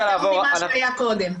יותר טוב ממה שהיה קודם.